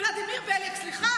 עוד גיבור אחד של האירוע